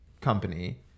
company